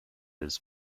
his